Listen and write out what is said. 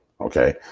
Okay